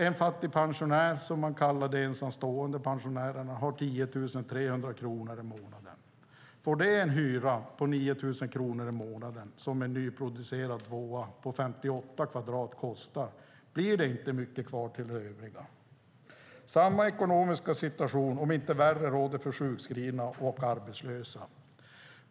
En fattigpensionär, som man kallar de ensamstående pensionärerna, har 10 300 kronor i månaden. Får de en hyra på 9 000 kronor i månaden, som en nyproducerad tvåa på 58 kvadrat kostar, blir det inte mycket kvar till det övriga. Samma ekonomiska situation, om inte värre, råder för sjukskrivna och arbetslösa.